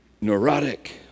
neurotic